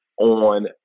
on